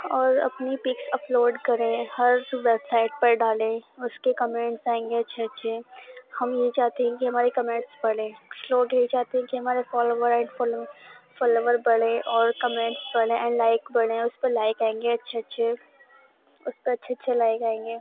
اور اپنی pics upload کریں ہر ویب سائڈ پر ڈالیں اس کے کمینٹس آئیں گے اچّھے اچّھے ہم یہ چاہتے ہیں کہ ہمارے کمینٹس پڑھیں کچھ لوگ یہی چاہتے ہیں کہ ہمارے فالوور اینڈ فالوور فالوور بڑھیں اور کمنٹس بڑھیں اینڈ لائک بڑھیں اس پر لائک آئیں گے اچّھے اچّھے اس پر اچّھے اچّھے لائک آئیں گے